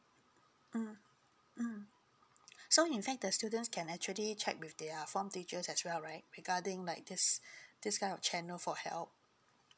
mm mm so in fact the students can actually check with their form teachers as well right regarding like this this kind of channel for help